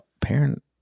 parent